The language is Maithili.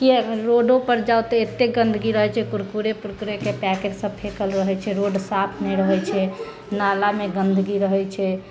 किआ रोडो पर जाउ तऽ एते गन्दगी रहैत छै कुरकुरे पुरकुरेके पैकेट सभ फेंकल रहैत छै रोड साफ नहि रहैत छै नालामे गन्दगी रहैत छै